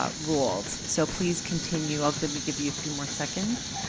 ah ruled, so please continue. i'll give you a few more seconds.